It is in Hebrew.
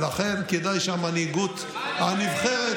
ולכן כדאי שהמנהיגות הנבחרת,